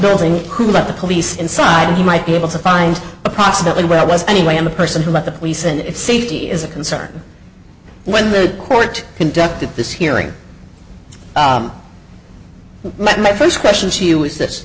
building who let the police inside and he might be able to find approximately where i was anyway i'm the person who got the police and it's safety is a concern when the court conducted this hearing my first question see you is